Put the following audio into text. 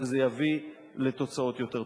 וזה יביא לתוצאות יותר טובות.